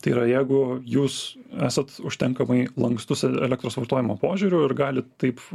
tai yra jeigu jūs esat užtenkamai lankstūs elektros vartojimo požiūriu ir gali taip